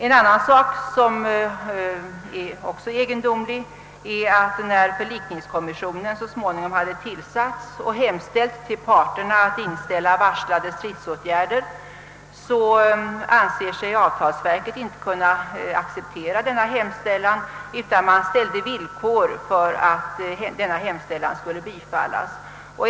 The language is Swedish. En annan egendomlig omständighet är att när förlikningskommissionen så småningom hade tillsatts och hemställt till parterna att inställa varslade stridsåtgärder, ansåg sig avtalsverket inte kunna acceptera denna hemställan utan ställde villkor för att den skulle bifallas.